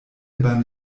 beim